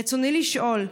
ברצוני לשאול: